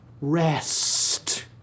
rest